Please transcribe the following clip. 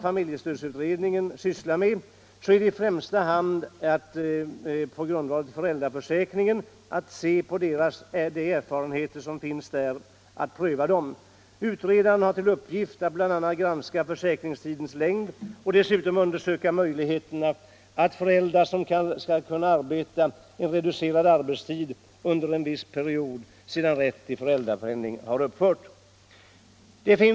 Familjestödsutredningen sysslar i främsta hand med föräldraförsäkringen, vars erfarenheter skall prövas. Utredaren har till uppgift bl.a. att granska försäkringstidens längd och dessutom undersöka möjligheterna för föräldrar att få en reducerad arbetstid under en viss period, sedan rätten till föräldrapenning har upphört.